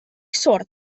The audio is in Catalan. sord